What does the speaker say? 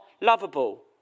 lovable